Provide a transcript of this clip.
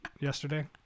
yesterday